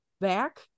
back